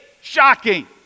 Shocking